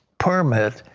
permit.